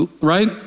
right